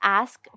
ask